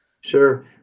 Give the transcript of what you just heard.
Sure